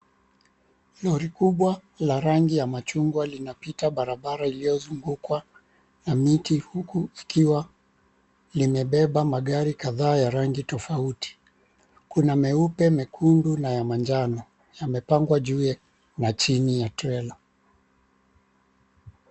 Lori kubwa la rangi ya machungwa linapita barabara iliyozungukwa na miti huku likiwa limebeba magari kadhaa ya rangi tofauti. Kuna meupe, mekundu na ya manjano. Yamepangwa juu na chini ya trela.